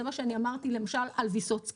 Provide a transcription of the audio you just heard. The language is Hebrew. זה מה שאני אמרתי למשל על ויסוצקי.